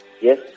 yes